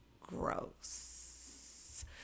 gross